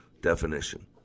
definition